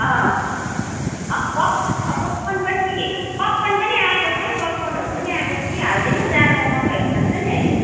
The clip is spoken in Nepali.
अँ अँ पपकर्न पपकर्न पनि पपकर्न पनि आएको छ है पपकर्नहरू पनि आएको छ कि हालिदिनु जाडोमा मकैहरू खान्छ नि अहिले